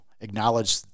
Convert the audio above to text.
acknowledge